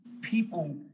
people